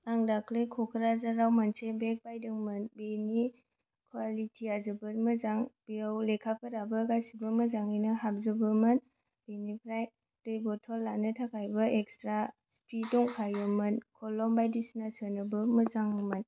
आं दाख्लि क'क्राझारआव मोनसे बेग बायदोंमोन बेनि कुवालिटि आ जोबोद मोजां बेयाव लेखाफोराबो गासिबो मोजाङैनो हाबजोबोमोन बेनिफ्राय दै बटल लानो थाखायबो एक्सट्रा सिफि दंखायोमोन खलम बायदिसिना सोनोबो मोजांमोन